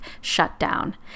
shutdown